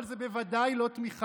אבל זו בוודאי לא תמיכה.